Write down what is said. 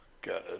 Good